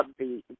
upbeat